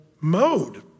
mode